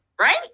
right